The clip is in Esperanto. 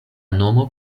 nomo